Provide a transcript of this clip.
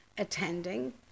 attending